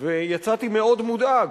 ויצאתי מאוד מודאג,